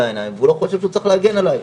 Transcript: העיניים והוא לא חושב שהוא צריך להגן עלי.